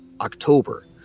October